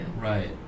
Right